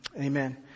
amen